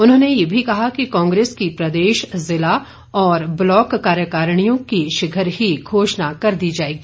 उन्होंने ये भी कहा कि कांग्रेस की प्रदेश ज़िला और ब्लॉक कार्यकारणियों की शीघ्र ही घोषणा कर दी जाएगी